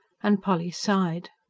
and polly sighed.